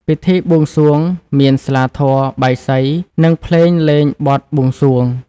ពិធីបួងសួងមាន ស្លាធម៌ បាយសី និងភ្លេងលេងបទបួងសួង ។